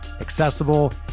accessible